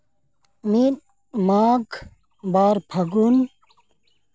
ᱢᱤᱫ ᱢᱟᱜᱽ ᱵᱟᱨ ᱯᱷᱟᱹᱜᱩᱱ